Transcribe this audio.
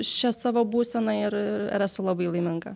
šia savo būsena ir ir esu labai laiminga